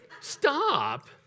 Stop